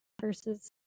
versus